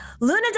Luna